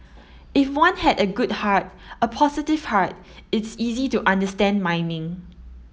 if one had a good heart a positive heart it's easy to understand mining